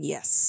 Yes